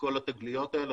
מכל התגליות האלה,